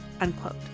Unquote